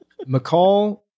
McCall